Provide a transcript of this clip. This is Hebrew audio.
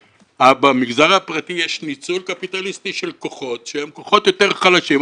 במגזר הפרטי יש ניצול קפיטליסטי של כוחות שהם כוחות יותר חלשים.